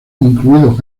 incluidos